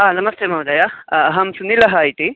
नमस्ते महोदय अहं सुनिलः इति